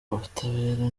ubutabera